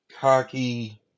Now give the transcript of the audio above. cocky